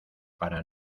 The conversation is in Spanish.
para